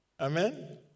Amen